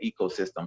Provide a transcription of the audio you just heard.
ecosystem